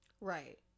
Right